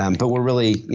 um but we're really,